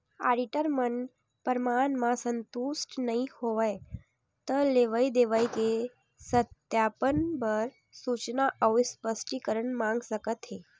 auditor मन परमान म संतुस्ट नइ होवय त लेवई देवई के सत्यापन बर सूचना अउ स्पस्टीकरन मांग सकत हे